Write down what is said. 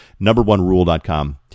NumberOneRule.com